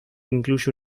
incluye